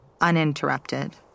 uninterrupted